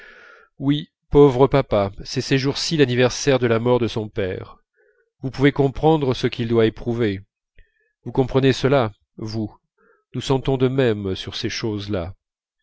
oui pauvre papa c'est ces jours-ci l'anniversaire de la mort de son père vous pouvez comprendre ce qu'il doit éprouver vous comprenez cela vous nous sentons de même sur ces choses-là